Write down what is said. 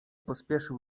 pospieszył